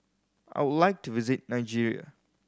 I would like to visit Nigeria